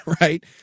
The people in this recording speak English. Right